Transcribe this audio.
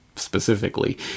specifically